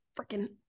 freaking